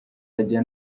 ajya